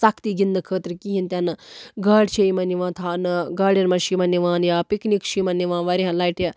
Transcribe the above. سَختی گِندٛنہٕ خٲطرٕ کِہینۍ تہِ نہٕ گاڑِ چھِ یِمن یِوان تھاونہٕ گاڑٮ۪ن منٛز چھُ یِمن نِوان یا پِکنِک چھُ یِمَن نِوان واریاہ لَٹہِ